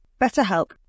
BetterHelp